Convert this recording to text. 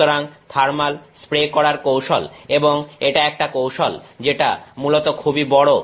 সুতরাং thermal spray করার কৌশল এবং এটা একটা কৌশল যেটা মূলত খুবই বড়